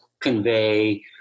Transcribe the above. convey